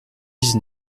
dix